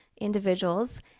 individuals